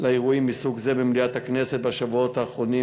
לאירועים מסוג זה במליאת הכנסת בשבועות האחרונים,